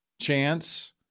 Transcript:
chance